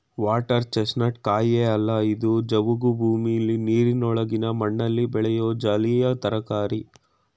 water chestnut ಕಾಯಿಯೇ ಅಲ್ಲ ಇದು ಜವುಗು ಭೂಮಿಲಿ ನೀರಿನೊಳಗಿನ ಮಣ್ಣಲ್ಲಿ ಬೆಳೆಯೋ ಜಲೀಯ ತರಕಾರಿ